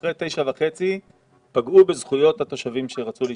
שאחרי 9:30 פגעו בזכויות התושבים שרצו לישון?